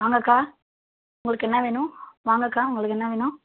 வாங்கக்கா உங்களுக்கு என்ன வேணும் வாங்கக்கா உங்களுக்கு என்ன வேணும்